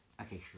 Okay